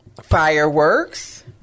fireworks